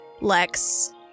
Lex